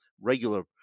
regular